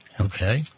Okay